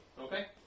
Okay